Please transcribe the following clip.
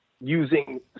using